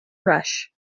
rush